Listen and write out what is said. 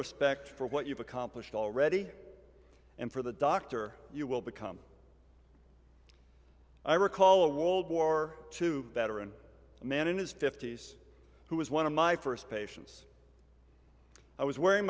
respect for what you've accomplished already and for the doctor you will become i recall a world war two veteran a man in his fifty's who was one of my first patients i was wearing